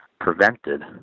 prevented